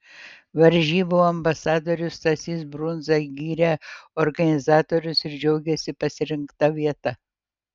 varžybų ambasadorius stasys brundza gyrė organizatorius ir džiaugėsi pasirinkta vieta